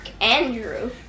Andrew